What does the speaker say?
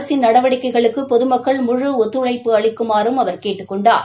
அரசின் நடவடிக்கைகளுக்கு பொதுமக்கள் முழு ஒத்துழைப்பு அளிக்குமாறும் அவர் கேட்டுக் கொண்டார்